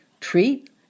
Treat